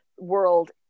world